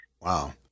wow